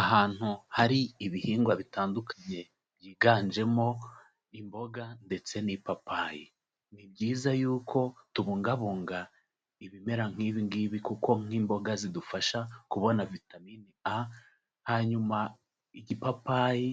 Ahantu hari ibihingwa bitandukanye byiganjemo imboga ndetse n'ipapayi, ni byiza yuko tubungabunga ibimera nk'ibi ngibi kuko nk'imboga zidufasha kubona vitamini A, hanyuma igipapayi